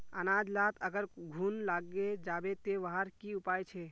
अनाज लात अगर घुन लागे जाबे ते वहार की उपाय छे?